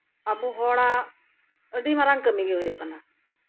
ᱟᱵᱚ ᱦᱚᱲᱟᱜ ᱟᱹᱰᱤ ᱢᱟᱨᱟᱝ ᱠᱟᱹᱢᱤᱜᱮ ᱦᱩᱭᱩᱜ ᱠᱟᱱᱟ